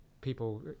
people—